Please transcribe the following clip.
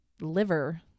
liver